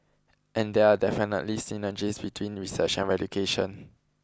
and there are definitely synergies between research and education